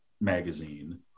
magazine